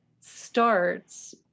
starts